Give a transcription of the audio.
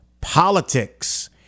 politics